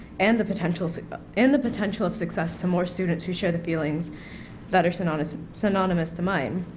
and the potential like but and the potential of success to more students who share the feelings that are synonymous synonymous to mine.